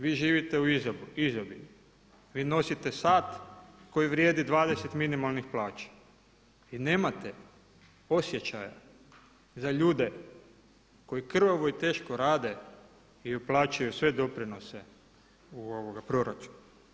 Vi živite u izobilju, vi nosite sat koji vrijedi 20 minimalnih plaća i nemate osjećaja za ljude koji krvavo i teško rade i uplaćuju sve doprinose u proračun.